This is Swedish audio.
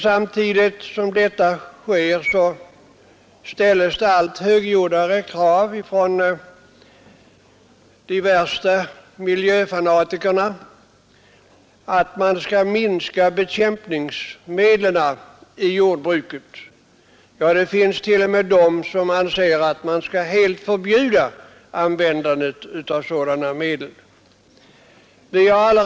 Samtidigt ställs allt högljuddare krav från diverse miljöfanatiker på att användningen av bekämpningsmedel skall minskas. Ja, det finns t.o.m. de som anser att man helt skall förbjuda användandet av sådana medel.